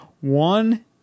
one